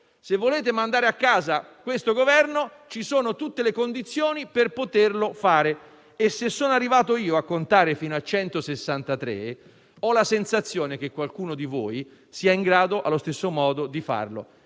Se volete mandare a casa questo Governo ci sono tutte le condizioni per poterlo fare. E se sono arrivato io a contare fino a 163 ho la sensazione che qualcuno di voi sia in grado, allo stesso modo, di farlo.